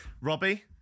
Robbie